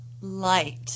light